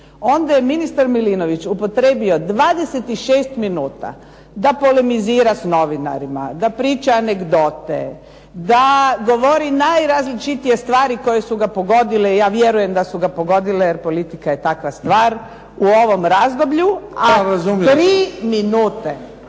onda je ministar Milinović upotrijebio 26 minuta da polemizira s novinarima, da priča anegdote, da govori najrazličitije stvari koje su ga pogodile i ja vjerujem da su ga pogodile jer politika je takva stvar u ovom razdoblju, a 3 minute